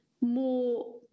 more –